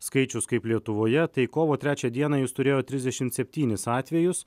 skaičius kaip lietuvoje tai kovo trečią dieną jūs turėjot trisdešimt septynis atvejus